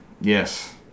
Yes